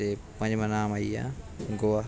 ते पं'जमां नाम आई गेआ गोआ